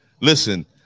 Listen